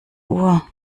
uhr